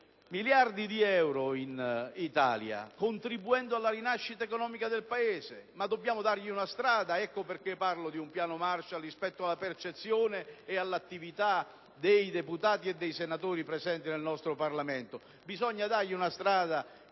miliardi di euro in Italia, contribuendo alla rinascita economica del Paese. Ma dobbiamo aprire loro una strada. Ecco perché parlo di un piano Marshall rispetto alla percezione ed all'attività dei deputati e dei senatori presenti nel nostro Parlamento. Bisogna dargli una strada